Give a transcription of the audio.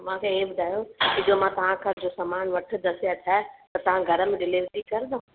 मूंखे इहा ॿुधायो जो मां तव्हां खां जो समान वठंदसि या छा आहे त तव्हां घर में डिलेवरी कंदा